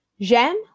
J'aime